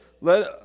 let